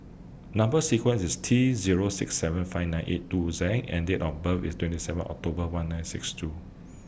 Number sequence IS T Zero six seven five nine eight two Z and Date of birth IS twenty seven October one nine six two